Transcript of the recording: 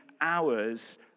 hours